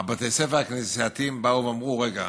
בתי הספר הכנסייתיים באו ואמרו: רגע,